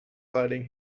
fighting